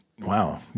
Wow